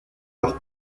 leur